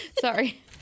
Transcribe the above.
sorry